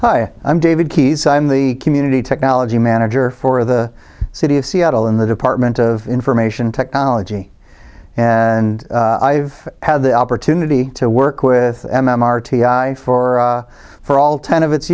s i'm david keyes i'm the community technology manager for the city of seattle in the department of information technology and i've had the opportunity to work with m m r t i for for all ten of its